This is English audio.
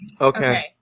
Okay